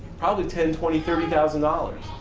probably ten, twenty, thirty thousand dollars.